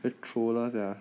very troller sia